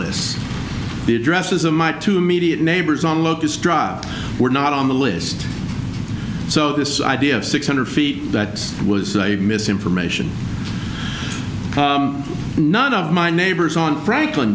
list the addresses of my two immediate neighbors on locust drop were not on the list so this idea of six hundred feet that was misinformation none of my neighbors on franklin